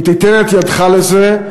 אם תיתן את ידך לזה,